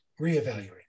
reevaluate